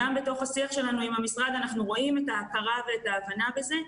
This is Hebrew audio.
גם בתוך השיח שלנו עם המשרד אנחנו רואים את ההכרה ואת ההבנה בזה,